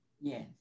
Yes